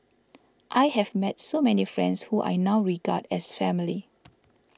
I have met so many friends who I now regard as family